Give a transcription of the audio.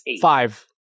five